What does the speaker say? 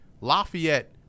Lafayette